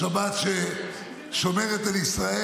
השבת ששומרת על ישראל.